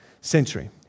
century